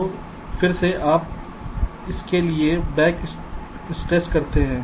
तो फिर से आप इसके लिए बैक स्ट्रेस करते हैं